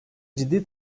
ciddi